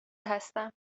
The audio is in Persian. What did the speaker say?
هستم